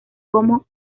como